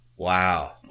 Wow